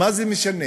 מה זה משנה?